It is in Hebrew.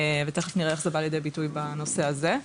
ותכף נראה איך זה בא לידי ביטוי בנושא הזה.